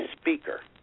speaker